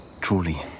Truly